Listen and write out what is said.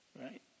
Right